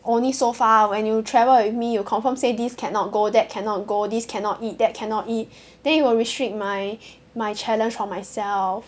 only so far when you travel with me you confirm say this cannot go that cannot go this cannot eat that cannot eat then you will restrict my my challenge for myself